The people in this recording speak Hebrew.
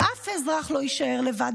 "אף אזרח לא יישאר לבד,